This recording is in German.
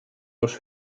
durch